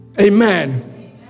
Amen